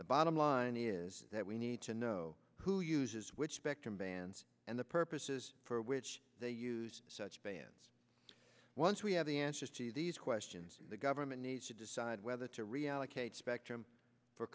the bottom line is that we need to know who uses which spectrum bands and the purposes for which they use such bands once we have the answers to these questions the government needs to decide whether to reallocate spectrum for